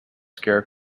scare